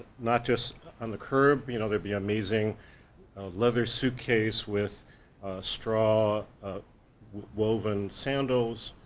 not just on the curb, you know, there'd be amazing leather suitcase with straw woven sandals,